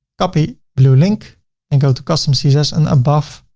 copy blue link and go to custom css and above